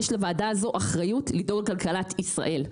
לוועדה הזו יש אחריות לדאוג לכלכלת ישראל.